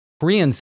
Koreans